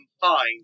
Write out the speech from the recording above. fine